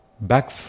back